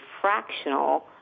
fractional